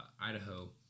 Idaho